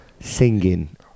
singing